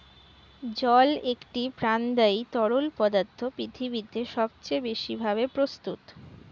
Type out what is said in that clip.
জল একটি প্রাণদায়ী তরল পদার্থ পৃথিবীতে সবচেয়ে বেশি ভাবে প্রস্তুত